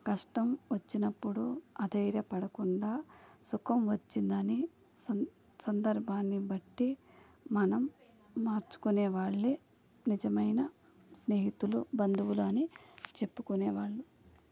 కష్టం వచ్చినప్పుడు అధైర్య పడకుండా సుఖం వచ్చిందని సం సందర్భాన్ని బట్టి మనం మార్చుకునే వాళ్ళే నిజమైన స్నేహితులు బంధువులని చెప్పుకునే వాళ్ళు